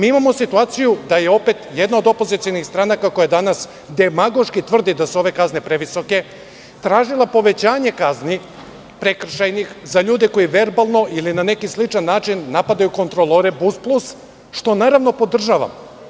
Imamo situaciju da je opet jedna od opozicionih stranaka koja danas demagoški tvrdi da su ove kazne previsoke, tražila povećanje prekršajnih kazni za ljude koji verbalno ili na neki sličan način napadaju kontrolore BusPlus-a, što podržavam.